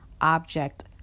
object